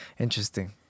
Interesting